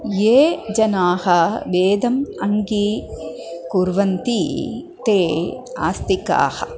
ये जनाः वेदम् अङ्गीकुर्वन्ति ते आस्तिकाः